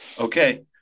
Okay